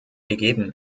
gegeben